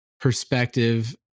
perspective